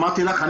אמרתי לך,